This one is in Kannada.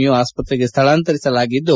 ಯು ಆಸ್ಪತ್ರೆಗೆ ಸ್ಥಳಾಂತರಿಸಲಾಗಿದ್ದು